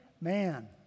man